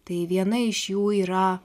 tai viena iš jų yra